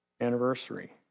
anniversary